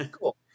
Cool